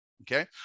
Okay